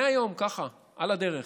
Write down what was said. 100 יום, ככה, על הדרך.